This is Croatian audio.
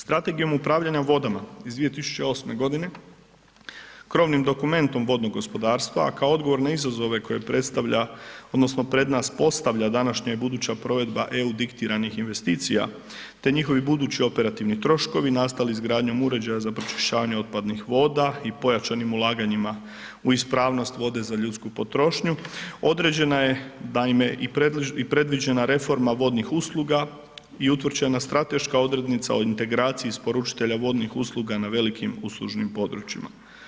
Strategijom upravljanja vodama iz 2008. godine, krovnim dokumentom vodnog gospodarstva, a kao odgovor na izazove koje predstavlja odnosno pred nas postavlja današnja i buduća provedba EU diktiranih investicija, te njihovi budući operativni troškovi nastali izgradnjom uređaja za pročišćavanje otpadnih voda i pojačanim ulaganjima u ispravnost vode za ljudsku potrošnju, određena je naime i predviđena reforma vodnih usluga, i utvrđenja strateška odrednica o integraciji isporučitelja vodnih usluga na velikim uslužnim područjima.